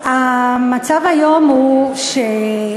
ישראלים שנפלו להונאה בחסות משרד האוצר ואשר לא יכולים לדעת אם,